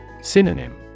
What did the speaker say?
Synonym